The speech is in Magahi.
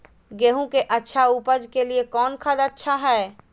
गेंहू के अच्छा ऊपज के लिए कौन खाद अच्छा हाय?